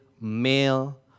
male